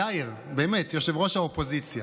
יאיר, באמת, יושב-ראש האופוזיציה,